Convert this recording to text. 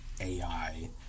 AI